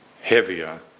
heavier